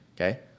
okay